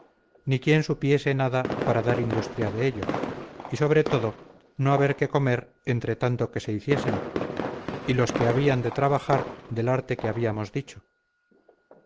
ni quien supiese nada para dar industria en ello y sobre todo no haber qué comer entretanto que se hiciesen y los que habían de trabajar del arte que habíamos dicho